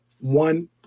one